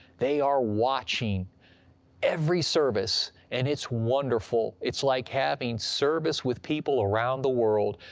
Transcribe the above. they are watching every service, and it's wonderful! it's like having service with people around the world!